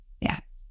Yes